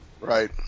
Right